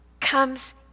comes